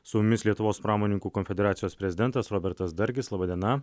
su jumis lietuvos pramoninkų konfederacijos prezidentas robertas dargis laba diena